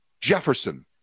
Jefferson